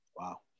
Wow